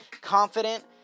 confident